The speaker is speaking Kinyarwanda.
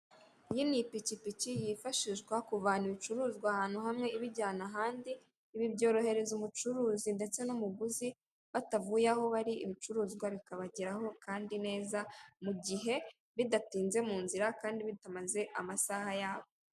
Iyi ni ipikipiki yifashishwa kuvana ibicuruzwa ahantu hamwe ibijyana ahandi, ibi byorohereza umucuruzi ndetse n'umuguzi batavuye aho bari, ibicuruzwa bikabageraho kandi neza mu gihe bidatinze mu nzira kandi bitamaze amasaha yabo.